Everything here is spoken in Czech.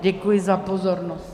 Děkuji za pozornost.